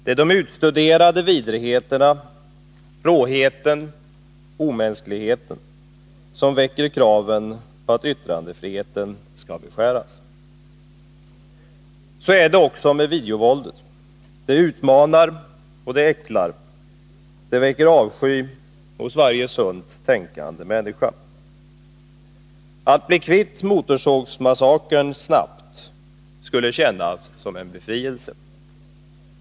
Det är de utstuderade vidrigheterna, råheten och omänskligheten som väcker kraven på att yttrandefriheten skall beskäras. Så är det också med videovåldet. Det utmanar, och det äcklar. Det väcker avsky hos varje sunt tänkande människa. Att snabbt bli kvitt Motorsågsmassakern skulle kännas som en befrielse.